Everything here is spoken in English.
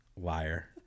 liar